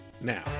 now